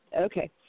Okay